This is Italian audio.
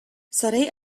sarei